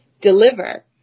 deliver